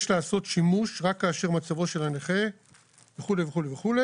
יש לעשות שימוש רק כאשר מצבו של הנכה וכו' וכו',